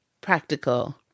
practical